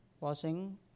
Washing